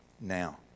now